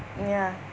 ya